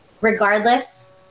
regardless